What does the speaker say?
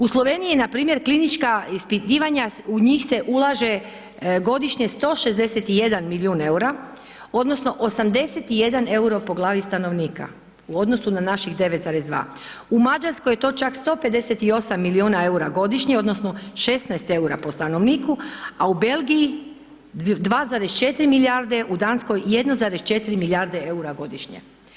U Sloveniji npr. klinička ispitivanja u njih se ulaže godišnje 161 milijun EUR-a odnosno 81 EUR-o po glavi stanovnika u odnosnu na naših 9,2, u Mađarskoj je to čak 158 miliona EUR-a godišnje odnosno 16 EUR-a po stanovniku, a u Belgiji 2,4 milijarde, u Danskoj 1,4 milijarde EUR-a godišnje.